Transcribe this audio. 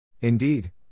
Indeed